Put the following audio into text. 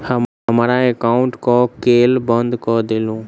हमरा एकाउंट केँ केल बंद कऽ देलु?